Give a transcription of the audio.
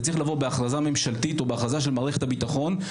זה צריך לבוא בהכרזה ממשלתית או בהכרזה של מערכת הביטחון.